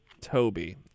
Toby